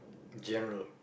general